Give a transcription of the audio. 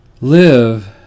live